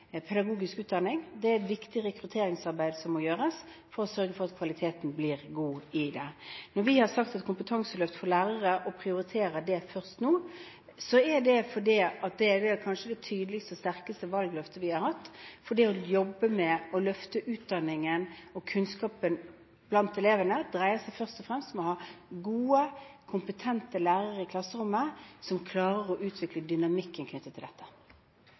pedagogisk utdanning. Det er et viktig rekrutteringsarbeid som må gjøres, for å sørge for at kvaliteten blir god. Når vi prioriterer kompetanseløft for lærere høyest nå, er det fordi det kanskje er det tydeligste og sterkeste valgløftet vi har hatt. For det å jobbe med å løfte utdanningen og kunnskapen blant elevene dreier seg først og fremst om å ha gode, kompetente lærere i klasserommet – lærere som klarer å utvikle dynamikken knyttet til dette.